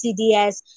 CDS